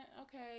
okay